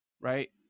right